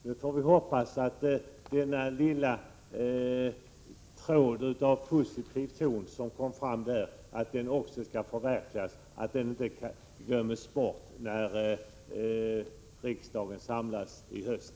Nu får vi bara hoppas att den lilla tråd av positivitet som kom fram också skall följas upp och inte glömmas bort när riksdagen samlas på nytt i höst.